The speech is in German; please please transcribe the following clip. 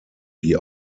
die